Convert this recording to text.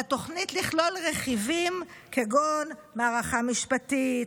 על התוכנית לכלול רכיבים כגון מערכה משפטית,